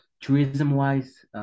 tourism-wise